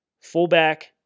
Fullback